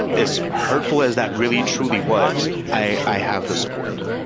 as hurtful as that really, truly was, i i have the support.